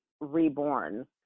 reborn